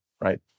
right